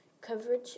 coverage